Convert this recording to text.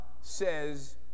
says